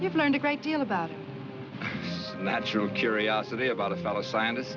you've learned a great deal about natural curiosity about a fellow s